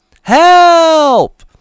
Help